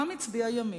העם הצביע ימין.